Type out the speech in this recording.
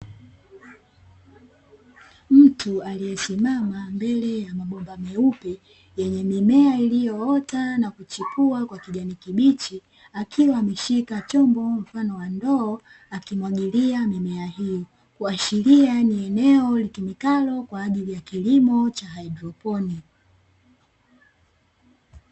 Mtu aliyesimama mbele ya mabomba meupe yenye mimea iliyoota na kuchipua kwa kijani kibichi, akiwa ameshika chombo mfano wa ndoo akimwagilia mimea hiyo, kuashiria ni eneo litumikalo kwaajili ya kilimo cha haidroponi.